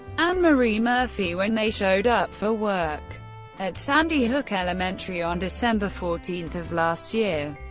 anne marie murphy when they showed up for work at sandy hook elementary on december fourteenth of last year,